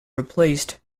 replaced